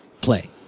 play